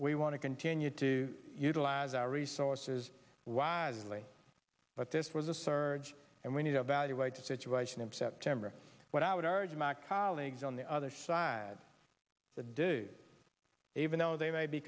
we want to continue to utilize our resources wisely but this was a surge and we need a value right to situation in september what i would urge my colleagues on the other side to do even though they may be